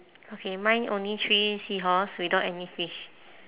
okay mine only three seahorse without any fish